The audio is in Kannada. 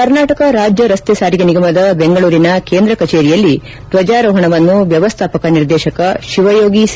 ಕರ್ನಾಟಕ ರಾಜ್ಯ ರಸ್ತೆ ಸಾರಿಗೆ ನಿಗಮದ ಬೆಂಗಳೂರಿನ ಕೇಂದ್ರ ಕಚೇರಿಯಲ್ಲಿ ಧ್ವಜಾರೋಹಣವನ್ನು ವ್ಯವಸ್ಟಾಪಕ ನಿರ್ದೇಶಕ ಶಿವಯೋಗಿ ಸಿ